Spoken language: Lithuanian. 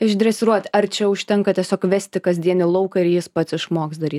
išdresiruot ar čia užtenka tiesiog vesti kasdien į lauką ir jis pats išmoks daryt